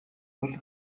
бол